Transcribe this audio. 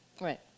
Right